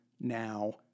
now